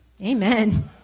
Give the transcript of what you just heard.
Amen